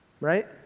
right